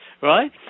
right